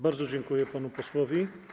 Bardzo dziękuję panu posłowi.